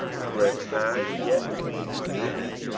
for if i yet pleased men,